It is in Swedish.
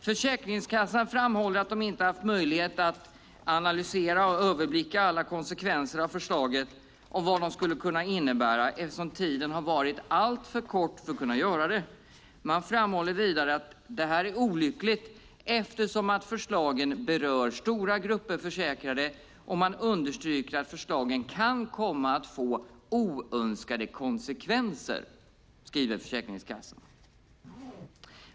Försäkringskassan framhåller att de inte haft möjlighet att analysera och överblicka alla konsekvenser av förslaget och vad det skulle innebära eftersom tiden har varit alltför kort för att kunna göra det. Man framhåller vidare att detta är olyckligt eftersom förslagen berör stora grupper försäkrade, och man understryker att förslagen kan komma att få oönskade konsekvenser. Detta skriver Försäkringskassan.